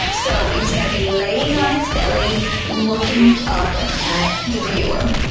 so it was going to be laying on its belly looking up at the viewer.